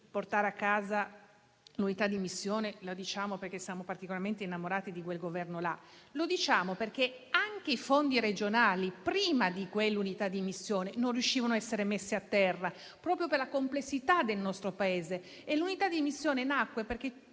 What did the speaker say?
portare a casa l'unità di missione, lo facciamo perché siamo particolarmente innamorati di quel Governo. Lo diciamo perché anche i fondi regionali prima di quell'unità di missione, non riuscivano a essere messi a terra, proprio per la complessità del nostro Paese. E l'unità di missione nacque perché